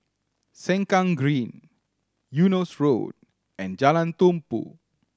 Sengkang Green Eunos Road and Jalan Tumpu